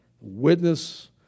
Witness